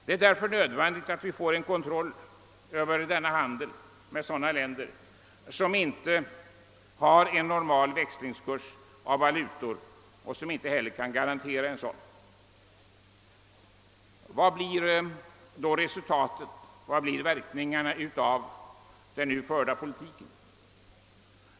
Det är därför nödvändigt att vi får kontroll över handeln med sådana länder som inte har en normal växlingskurs på valutor och inte heller kan garantera en sådan. Vilka blir då verkningarna av den nu förda politiken?